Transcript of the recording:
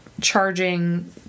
charging